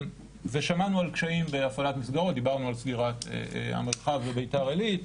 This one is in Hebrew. ושמענו על קשיים בהפעלת מסגרות דיברנו על סגירת המרחב בביתר עילית.